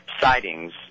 sightings